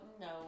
No